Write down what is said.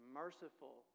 merciful